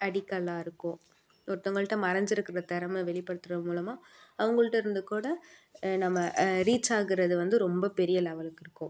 அடிக்கல்லாக இருக்கும் ஒருத்தவங்கள்ட்ட மறைஞ்சிருக்குற தெறமை வெளிப்படுத்துறது மூலமாக அவங்கள்ட்ட இருந்து கூட நம்ம ரீச் ஆகிறது வந்து ரொம்ப பெரிய லெவலுக்கு இருக்கும்